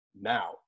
now